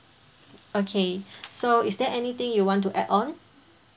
okay so is there anything you want to add on